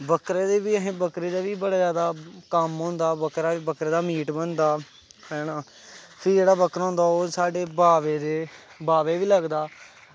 बकरे दा बी असेंगी बकरे दा बी बड़ा जादा कम्म होंदा बकरे बकरे दा मीट बनदा है ना फ्ही जेह्ड़ा बकरा होंदा ओह् साढ़े बाबे दे बाबे गी बी लगदा